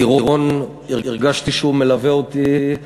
כטירון הרגשתי שהוא מלווה אותי,